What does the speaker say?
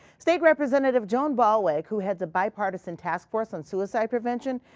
state representative joan ballweg, who heads a bipartisan task force on suicide prevention,